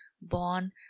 born